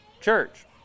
church